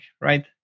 right